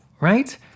right